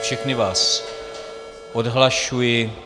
Všechny vás odhlašuji.